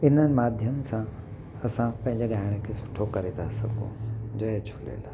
हिननि माध्यम सां असां पंहिंजे ॻाइण खे सुठो करे था सघूं जय झूलेलाल